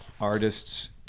artists